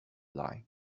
line